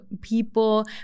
people